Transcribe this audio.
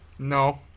No